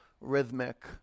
rhythmic